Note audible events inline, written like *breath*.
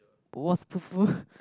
wasp *breath*